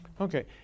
Okay